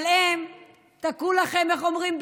אבל הם תקעו לכם, איך אומרים?